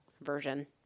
version